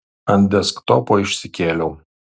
ant desktopo išsikėliau